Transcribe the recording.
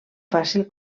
fàcil